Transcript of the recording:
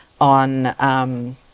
on